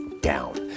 down